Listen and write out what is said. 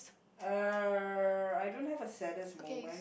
uh I don't have a saddest moment